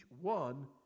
one